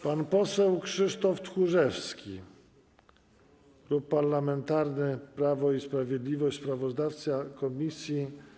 Pan poseł Krzysztof Tchórzewski, Klub Parlamentarny Prawo i Sprawiedliwość, sprawozdawca komisji.